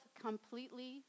completely